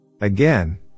again